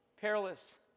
Perilous